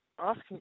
asking